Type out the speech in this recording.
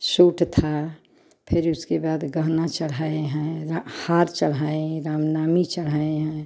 shoot था फिर उसके बाद गहना चढ़ाए हैं हार चढ़ाएँ राम नामी चढ़ाए हैं